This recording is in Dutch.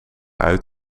uit